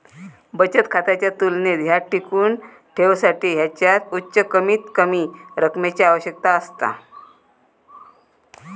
बचत खात्याच्या तुलनेत ह्या टिकवुन ठेवसाठी ह्याच्यात उच्च कमीतकमी रकमेची आवश्यकता असता